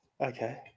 Okay